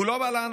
הוא לא בא לענות,